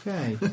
Okay